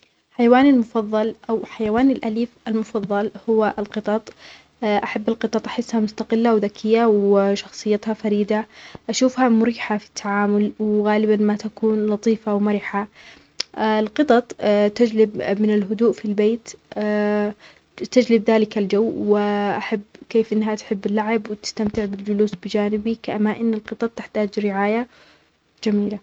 حيواني المفظل أو حيواني الأليف المفظل هو القطط، أحب القطط وأحسها مستقلة وذكية وشخصيتها فريدة أشوفها مريحة في التعامل وغالباً ما تكون لطيفة ومرحة، القطط تجلب من الهدوء في البيت تجلب ذلك الجو و أحب كيف أنها تحب اللعب وتستمتع بالجلوس بجانبى، كما أن القطط تحتاج رعاية جميلة.